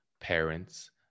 parents